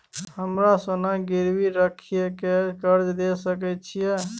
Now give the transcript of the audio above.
हमरा सोना गिरवी रखय के कर्ज दै सकै छिए?